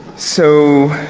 so,